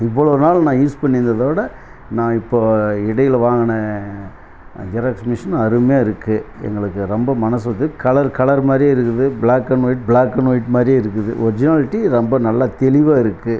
இவ்வளோ நாள் நான் யூஸ் பண்ணியிருந்தத விட நான் இப்போது இடையில் வாங்கின ஜெராக்ஸ் மிஷின் அருமையாக இருக்குது எங்களுக்கு ரொம்ப மனதுக்கு கலர் கலர் மாதிரியே இருக்குது black and white black and white மாதிரியே இருக்குது ஒரிஜினால்ட்டி ரொம்ப நல்ல தெளிவாக இருக்குது